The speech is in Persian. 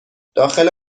داخل